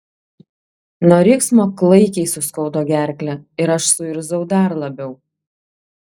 nuo riksmo klaikiai suskaudo gerklę ir aš suirzau dar labiau